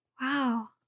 Wow